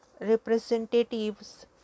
representatives